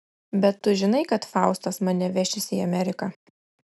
bet tu žinai kad faustas mane vešis į ameriką